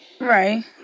Right